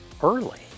early